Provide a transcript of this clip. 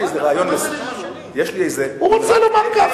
הוא רוצה לומר כך.